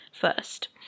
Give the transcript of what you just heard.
first